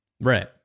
right